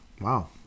Wow